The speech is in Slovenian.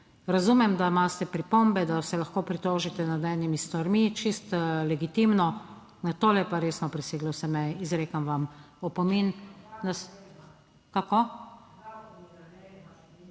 Razumem, da imate pripombe, da se lahko pritožite nad enimi stvarmi, čisto legitimno, na tole je pa resno preseglo vse meje. Izrekam vam opomin. /